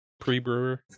pre-brewer